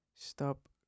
Stop